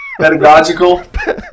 Pedagogical